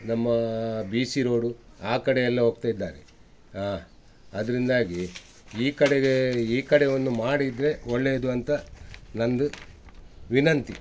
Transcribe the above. ನಮ್ಮ B C road ಆ ಕಡೆಯೆಲ್ಲ ಹೋಗ್ತಾ ಇದ್ದಾರೆ ಅದರಿಂದಾಗಿ ಈ ಕಡೆಗೆ ಈ ಕಡೆ ಒಂದು ಮಾಡಿದರೆ ಒಳ್ಳೆಯದು ಅಂತ ನನ್ನದು ವಿನಂತಿ